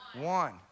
one